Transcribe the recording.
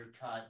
cut